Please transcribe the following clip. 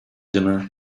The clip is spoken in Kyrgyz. жана